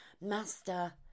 Master